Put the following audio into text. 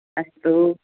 अस्तु